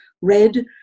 red